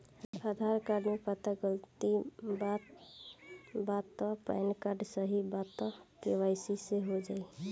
हमरा आधार कार्ड मे पता गलती बा त पैन कार्ड सही बा त के.वाइ.सी हो जायी?